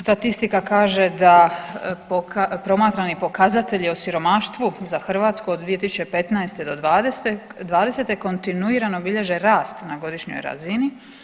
Statistika kaže da promatrani pokazatelji o siromaštvu za Hrvatsku od 2015. do '20. kontinuirano bilježe rast na godišnjoj razini.